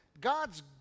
God's